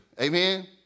amen